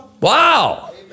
Wow